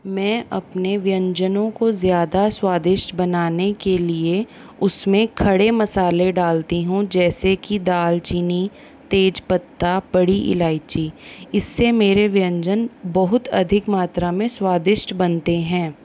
मैं अपने व्यंजनों को ज़्यादा स्वादिष्ट बनाने के लिए उसमें खड़े मसाले डालती हूँ जैसे कि डाल चीनी तेज पत्ता बड़ी इलाइची इससे मेरे व्यंजन बहुत अधिक मात्रा में स्वादिष्ट बनते हैं